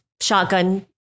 shotgun